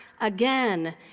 again